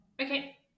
Okay